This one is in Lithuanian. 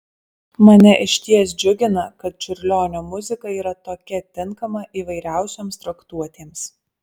mane išties džiugina kad čiurlionio muzika yra tokia tinkama įvairiausioms traktuotėms